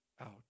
Out